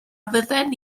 fydden